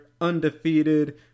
undefeated